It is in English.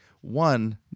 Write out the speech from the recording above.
One